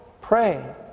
Pray